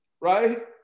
right